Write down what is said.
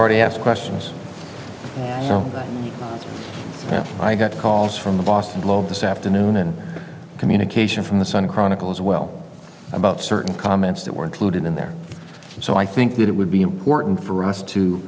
already asked questions that have i got calls from the boston globe this afternoon and communication from the sun chronicle as well about certain comments that were included in there so i think that it would be important for us to